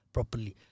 Properly